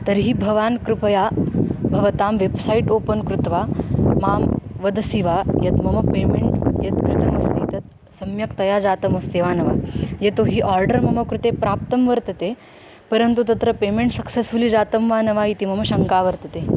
तर्हि भवान् कृपया भवतां वेब्सैट् ओपन् कृत्वा मां वदसि वा यत् मम पेमेण्ट् यत् कृतमस्ति तत् सम्यक्तया जातमस्ति वा न वा यतो हि आर्डर् मम कृते प्राप्तं वर्तते परन्तु तत्र पेमेण्ट् सक्सेस्फ़ुलि जातं वा न वा इति मम शङ्का वर्तते